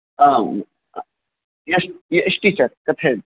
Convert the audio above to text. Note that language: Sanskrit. आम् एस् एस् टीचर् कथयन्तु